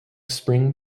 spring